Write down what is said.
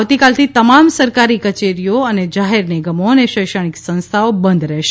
આવતીકાલથી તમામ સરકારી કચેરીઓ અને જાહેર નિગમો અને શૈક્ષણિક સંસ્થાઓ બંધ રહેશે